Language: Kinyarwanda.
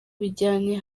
bijyanye